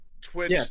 Twitch